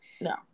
No